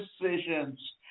decisions